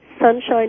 Sunshine